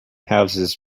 houses